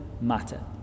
matter